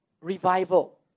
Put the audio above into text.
revival